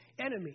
enemy